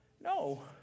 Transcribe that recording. No